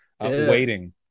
waiting